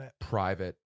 private